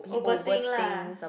overthink lah